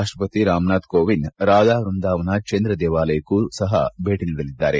ರಾಷ್ಟ ಪತಿ ರಾಮನಾಥ್ ಕೋವಿಂದ್ ರಾಧಾ ವ್ವಂದಾವನ ಚಂದ್ರ ದೇವಾಲಯಕ್ಕೂ ಸಹ ಭೇಟಿ ನೀಡಲಿದ್ದಾರೆ